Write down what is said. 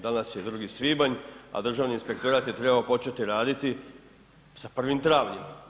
Danas je 2. svibanj, a Državni inspektorat je trebao početi raditi sa 1. travnja.